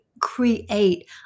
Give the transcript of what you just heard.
create